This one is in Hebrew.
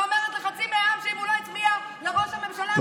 שאומרת לחצי מהעם שאם הוא לא הצביע לראש הממשלה,